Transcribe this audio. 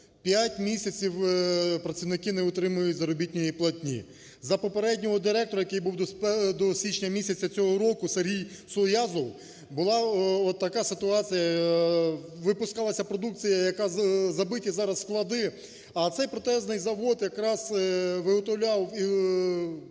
П'ять місяців працівники не отримують заробітної платні. За попереднього директора, який був до січня місяця цього року, Сергій Суязов, була от така ситуація, випускалася продукція, якою забиті зараз склади. А цей протезний завод якраз виготовляв